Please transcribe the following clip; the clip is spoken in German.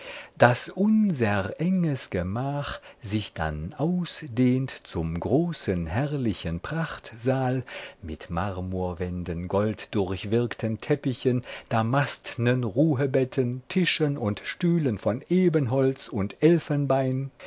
daß unser enges gemach sich dann ausdehnt zum großen herrlichen prachtsaal mit marmorwänden golddurchwirkten teppichen damastnen ruhebetten tischen und stühlen von ebenholz und elfenbein